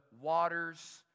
waters